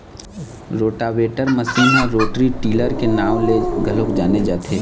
rotavator machine ह rotary tiller के नांव ले घलोक जाने जाथे